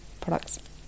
products